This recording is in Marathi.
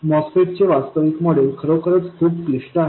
MOSFET चे वास्तविक मॉडेल खरोखरच खूप क्लिष्ट आहे